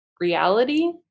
reality